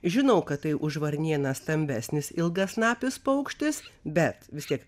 žinau kad tai už varnėną stambesnis ilgasnapis paukštis bet vis tiek